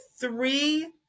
three